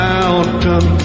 Mountain